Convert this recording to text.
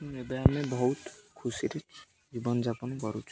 ଏବେ ଆମେ ବହୁତ ଖୁସିରେ ଜୀବନଯାପନ କରୁଛୁ